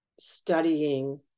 studying